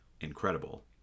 incredible